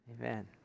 Amen